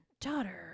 Daughter